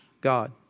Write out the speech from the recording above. God